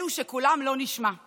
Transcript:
אלה שקולן לא נשמע;